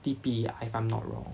T_P ah if I'm not wrong